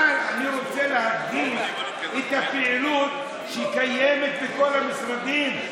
אבל אני רוצה להדגיש את הפעילות שקיימת בכל המשרדים.